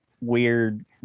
weird